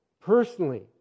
personally